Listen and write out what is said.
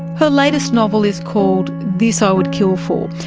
her latest novel is called this i would kill for.